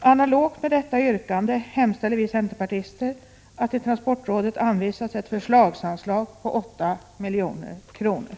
Analogt med detta yrkande hemställer vi centerpartister att det till transportrådet anvisas ett förslagsanslag på 8 milj.kr.